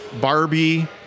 Barbie-